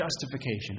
justification